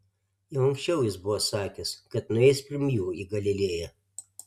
jau anksčiau jis buvo sakęs kad nueis pirm jų į galilėją